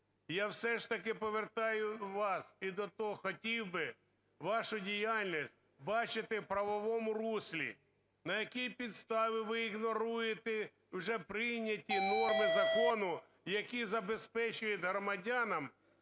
Я все ж таки повертаю вас і до того, хотів би вашу діяльність бачити в правовому руслі, на якій підставі ви ігноруєте вже прийняті норми закону, які забезпечують громадянам